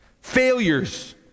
failures